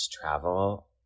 travel